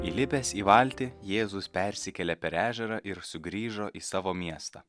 įlipęs į valtį jėzus persikėlė per ežerą ir sugrįžo į savo miestą